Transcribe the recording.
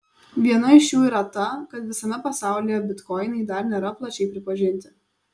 viena iš jų yra ta kad visame pasaulyje bitkoinai dar nėra plačiai pripažinti